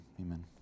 Amen